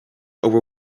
over